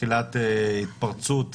ותחילת התפרצות